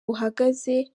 buhagaze